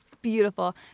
Beautiful